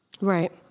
Right